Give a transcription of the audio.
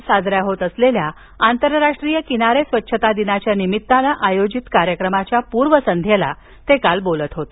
आज साजऱ्या होत असलेल्या आंतरराष्ट्रीय किनारे स्वच्छता दिनाच्या निमित्ताने आयोजित कार्यक्रमाच्या पूर्व संध्येला ते काल बोलत होते